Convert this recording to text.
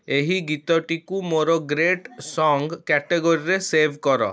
ଏହି ଗୀତଟିକୁ ମୋର ଗ୍ରେଟ୍ ସଙ୍ଗ୍ କ୍ୟାଟାଗୋରୀରେ ସେଭ୍ କର